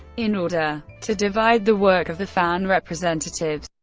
in order to divide the work of the fan representatives,